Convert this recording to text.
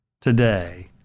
today